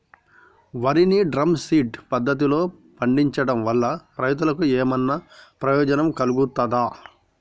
వరి ని drum feed పద్ధతిలో పండించడం వల్ల రైతులకు ఏమన్నా ప్రయోజనం కలుగుతదా?